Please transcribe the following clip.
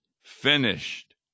finished